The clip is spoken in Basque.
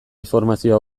informazio